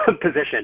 position